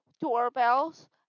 doorbells